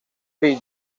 fill